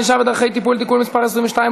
ענישה ודרכי טיפול) (תיקון מס' 22,